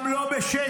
גם לא בשקל.